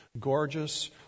gorgeous